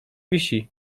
wisi